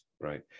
right